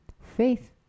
Faith